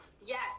yes